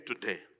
today